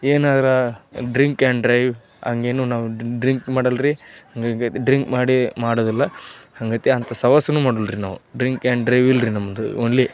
ಏನಾರೂ drink and drive ಹಂಗೇನು ನಾವು ಡ್ರಿಂಕ್ ಮಾಡಲ್ರೀ ಹಾಗಾಗಿ ಡ್ರಿಂಕ್ ಮಾಡಿ ಮಾಡುವುದಿಲ್ಲ ಹಂಗತಿ ಅಂತ ಸಹವಾಸನು ಮಾಡಲ್ರಿ ನಾವು ಡ್ರಿಂಕ್ ಆ್ಯಂಡ್ ಡ್ರೈವ್ ಇಲ್ರಿ ನಮ್ಮದು ಓನ್ಲಿ